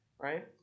Right